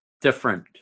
different